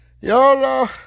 y'all